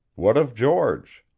what of george?